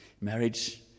marriage